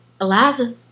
Eliza